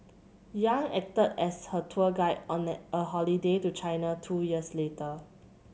Yang acted as her tour guide on an a holiday to China two years later